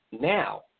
Now